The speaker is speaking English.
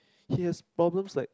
he has problems like